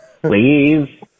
Please